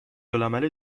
العمل